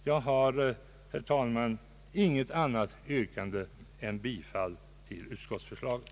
Jag har, herr talman, inget annat yrkande än bifall till utskottsförslaget.